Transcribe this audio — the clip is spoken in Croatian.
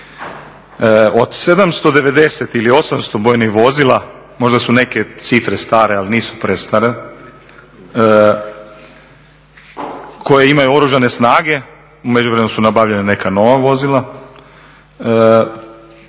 Od 790 ili 800 vojnih vozila, možda su neke cifre stare ali nisu prestare koje imaju oružane snage u međuvremenu su nabavljena neka nova vozila